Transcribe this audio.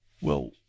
Well